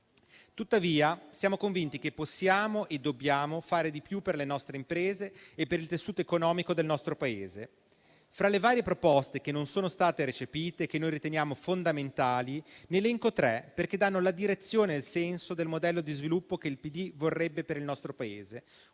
Tuttavia, siamo convinti che possiamo e dobbiamo fare di più per le nostre imprese e per il tessuto economico del nostro Paese. Fra le varie proposte che non sono state recepite e che riteniamo fondamentali, ne elenco tre, perché danno la direzione e il senso del modello di sviluppo che il Partito Democratico vorrebbe per il nostro Paese: